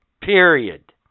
Period